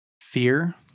fear